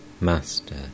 Master